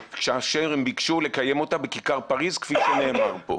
כאשר הם ביקשו לקיים אותה בכיכר פריז כפי שנאמר פה,